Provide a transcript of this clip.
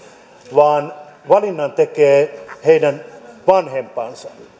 vaan valinnan tekevät heidän vanhempansa